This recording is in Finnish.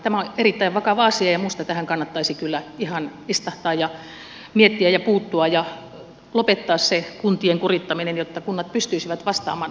tämä on erittäin vakava asia ja minusta tässä kannattaisi kyllä ihan istahtaa ja miettiä ja puuttua ja lopettaa se kuntien kurittaminen jotta kunnat pystyisivät vastaamaan näihin haasteisiin